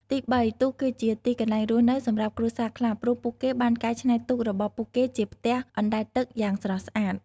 ទីបី ទូកគឺជា ទីកន្លែងរស់នៅ សម្រាប់គ្រួសារខ្លះ ព្រោះពួកគេបានកែច្នៃទូករបស់ពួកគេជាផ្ទះអណ្តែតទឹកយ៉ាងស្រស់ស្អាត។